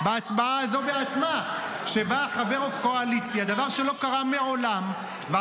-- וגם חברי קואליציה יכולים להחליט